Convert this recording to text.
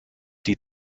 die